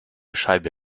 scheibe